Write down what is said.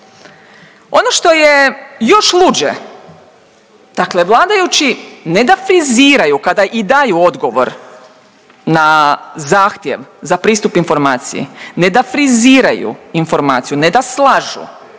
Ono što je još luđe, dakle vladajući ne da friziraju kada i daju odgovor na zahtjev za pristup informaciji, ne da friziraju informaciju, ne da slažu,